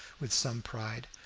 with some pride.